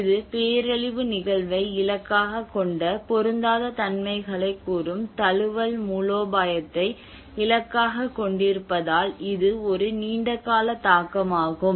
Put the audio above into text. இது பேரழிவு நிகழ்வை இலக்காகக் கொண்ட பொருந்தாத தன்மைகளைக் கூறும் தழுவல் மூலோபாயத்தை இலக்காகக் கொண்டிருப்பதால் இது ஒரு நீண்டகால தாக்கமாகும்